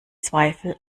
zweifel